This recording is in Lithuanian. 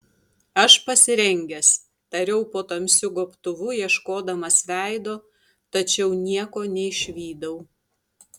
aš pasirengęs tariau po tamsiu gobtuvu ieškodamas veido tačiau nieko neišvydau